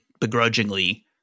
begrudgingly